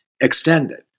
extended